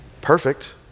Perfect